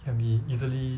can be easily